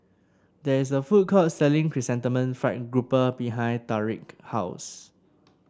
there is a food court selling Chrysanthemum Fried Grouper behind Tariq house